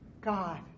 God